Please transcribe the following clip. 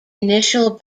initial